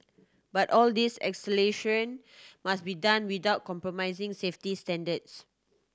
but all this acceleration must be done without compromising safety standards